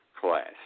class